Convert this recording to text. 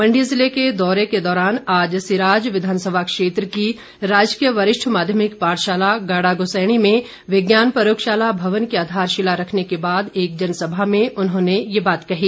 मण्डी जिले के दौरे के दौरान आज सिराज विधानसभा क्षेत्र की राजकीय वरिष्ठ माध्यमिक पाठशाला गाड़ागुसैणी में विज्ञान प्रयोगशाला भवन की आधारशिला रखने के बाद एक जनसभा में उन्होंने ये बात कही